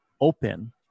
open